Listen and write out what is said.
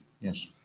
Yes